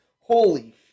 holy